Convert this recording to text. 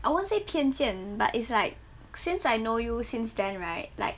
I won't say 偏见 but it's like since I know you since then right like